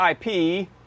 IP